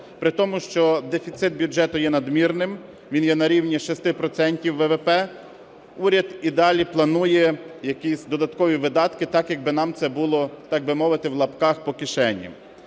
При тому, що дефіцит бюджету є надмірним, він є на рівні 6 процентів ВВП, уряд і далі планує якісь додаткові видатки, так, як би нам це було, так би мовити, в лапках "по кишені".